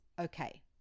okay